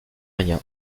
rien